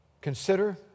Consider